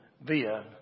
via